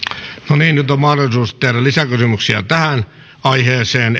no niin nyt on mahdollisuus tehdä lisäkysymyksiä tähän aiheeseen